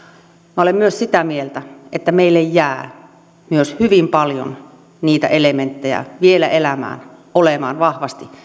minä olen myös sitä mieltä että meille jää myös hyvin paljon niitä elementtejä vielä elämään olemaan vahvasti